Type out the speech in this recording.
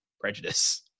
prejudice